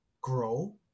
grow